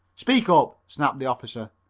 speak up! snapped the officer.